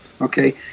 okay